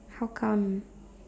how come